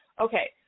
Okay